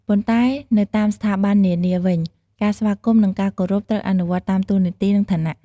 ប៉ុន្តែនៅតាមស្ថាប័ននានាវិញ ការស្វាគមន៍ និងការគោររព ត្រូវអនុវត្តតាមតួនាទីនិងឋានៈ។